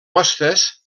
hostes